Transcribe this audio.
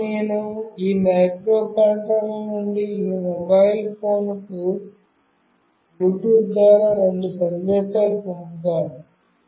ఇప్పుడు నేను ఈ మైక్రోకంట్రోలర్ నుండి ఈ మొబైల్కు బ్లూటూత్ ద్వారా రెండు సందేశాలను పంపుతాను